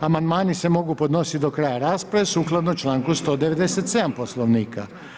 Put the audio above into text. Amandmani se mogu podnositi do kraja rasprave sukladno članku 197 Poslovnika.